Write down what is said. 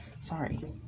sorry